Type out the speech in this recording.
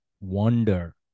wonder